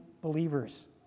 believers